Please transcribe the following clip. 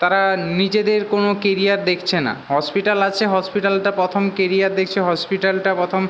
তারা নিজেদের কোনও কেরিয়ার দেখছে না হসপিটাল আছে হসপিটালটা পথম কেরিয়ার দেখছে হসপিটালটা প্রথম